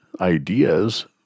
ideas